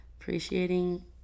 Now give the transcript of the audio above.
appreciating